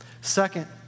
Second